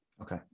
Okay